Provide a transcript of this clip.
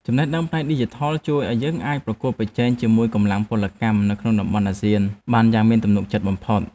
ចំណេះដឹងផ្នែកឌីជីថលជួយឱ្យយើងអាចប្រកួតប្រជែងជាមួយកម្លាំងពលកម្មនៅក្នុងតំបន់អាស៊ានបានយ៉ាងមានទំនុកចិត្តបំផុត។